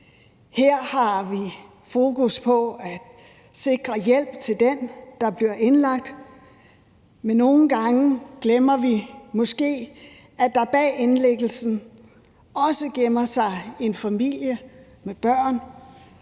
Her har vi fokus på at sikre hjælp til den, der bliver indlagt, men nogle gange glemmer vi måske, at der bag indlæggelsen også gemmer sig en familie med børn,